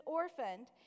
orphaned